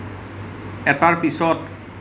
এটাৰ পিছৰ